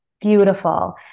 beautiful